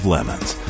Lemons